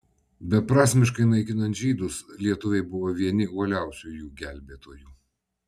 beprasmiškai naikinant žydus lietuviai buvo vieni uoliausių jų gelbėtojų